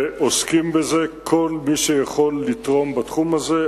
ועוסקים בזה כל מי שיכולים לתרום בתחום הזה,